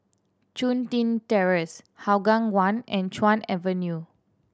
Chun Tin Terrace Hougang One and Chuan View